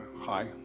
Hi